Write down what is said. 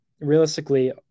realistically